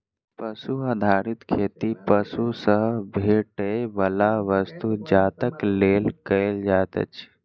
पशु आधारित खेती पशु सॅ भेटैयबला वस्तु जातक लेल कयल जाइत अछि